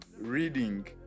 Reading